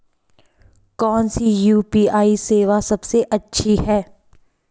कौन सी यू.पी.आई सेवा सबसे अच्छी है?